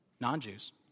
non-Jews